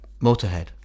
Motorhead